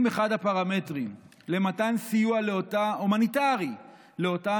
אם אחד הפרמטרים למתן סיוע הומניטרי לאותם